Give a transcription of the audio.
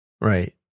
Right